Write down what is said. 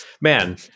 Man